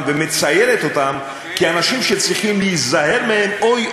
ומציירת אותם כאנשים שצריכים להיזהר מהם: אוי,